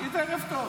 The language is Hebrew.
תגיד "ערב טוב".